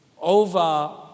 over